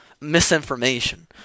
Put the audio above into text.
misinformation